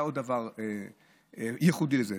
היה עוד דבר ייחודי לזה,